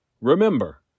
Remember